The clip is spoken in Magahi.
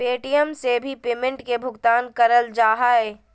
पे.टी.एम से भी पेमेंट के भुगतान करल जा हय